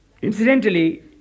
Incidentally